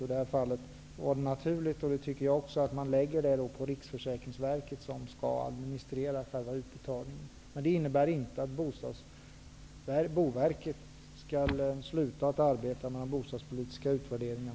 I det här fallet är det naturligt -- det tycker jag också -- att lägga det på Riksförsäkringsverket, som skall administrera själva utbetalningen. Det innebär inte att Boverket skall sluta att arbeta med bostadspolitiska utvärderingar.